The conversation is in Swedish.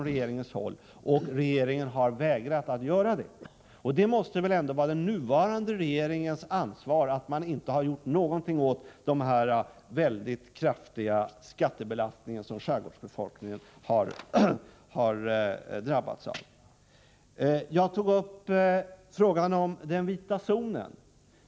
Regeringen har vägrat att göra det. Det måste väl ändå vara den nuvarande regeringens ansvar att man inte gjort någonting åt denna väldigt kraftiga skattebelastning som skärgårdsbefolkningen drabbats av. Jag tog upp frågan om den vita zonen.